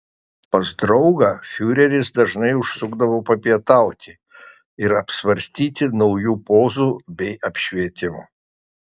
pas draugą fiureris dažnai užsukdavo papietauti ir apsvarstyti naujų pozų bei apšvietimo